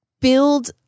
build